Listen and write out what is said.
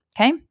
Okay